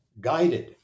guided